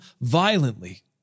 violently